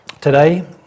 Today